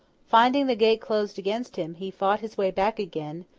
finding the gate closed against him, he fought his way back again,